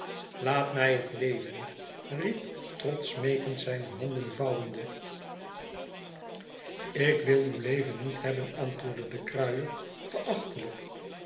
laat mij het levenl riep trott smeekend zijne handen vouwende ik wil uw leven niet hebben antwoordde de kruier